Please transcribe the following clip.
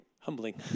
humbling